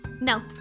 No